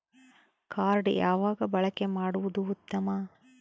Card ಯಾವಾಗ ಬಳಕೆ ಮಾಡುವುದು ಉತ್ತಮ?